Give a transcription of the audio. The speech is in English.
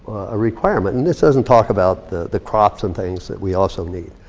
a requirement. and this doesn't talk about the the crops and things that we also need.